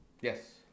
Yes